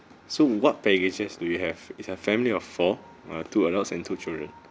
so what packages do you have is a family of four uh two adults and two children